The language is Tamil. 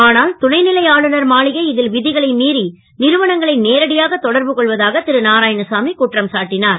ஆனால் துணைநிலை ஆளுநரின் மாளிகை இதில் விதிகளை மீறி நிறுவனங்களை நேரடியாக தொடர்பு கொள்வதாக திருநாராயணசாமி குற்றம் சாட்டினார்